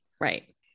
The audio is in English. right